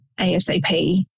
ASAP